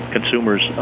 Consumers